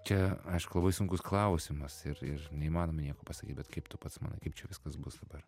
čia aišku labai sunkus klausimas ir ir neįmanoma nieko pasakyt bet kaip tu pats manai kaip čia viskas bus dabar